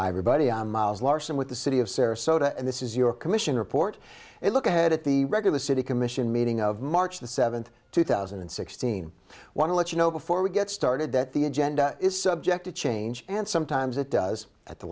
a buddy on miles larson with the city of sarasota and this is your commission report a look ahead at the regular city commission meeting of march the seventh two thousand and sixteen want to let you know before we get started that the agenda is subject to change and sometimes it does at the